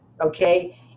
okay